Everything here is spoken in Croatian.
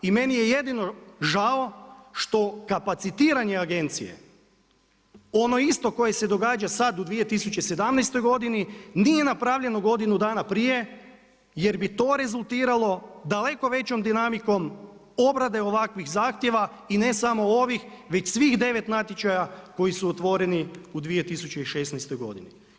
I meni je jedino žao što kapacitiranje agencije ono isto koje se događa sada u 2017. godini nije napravljeno godinu dana prije jer bi to rezultiralo daleko većom dinamikom obrade ovakvih zahtjeva i ne samo ovih već svih 9 natječaja koji su otvoreni u 2016. godini.